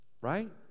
Right